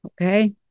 okay